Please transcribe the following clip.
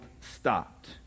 stopped